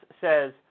says